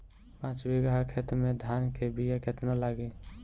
पाँच बिगहा खेत में धान के बिया केतना लागी?